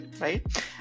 right